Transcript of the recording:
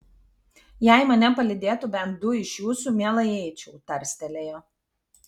jei mane palydėtų bent du iš jūsų mielai eičiau tarstelėjo